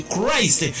Christ